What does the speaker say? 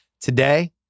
today